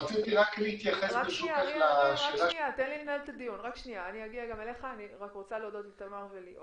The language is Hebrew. רק רציתי להתייחס בשלב זה לנקודה האחרונה שהעלית והיא קשורה